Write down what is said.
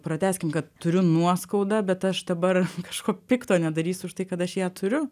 pratęskim kad turiu nuoskaudą bet aš dabar kažko pikto nedarysiu užtai kad aš ją turiu